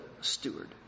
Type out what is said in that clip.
steward